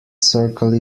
circle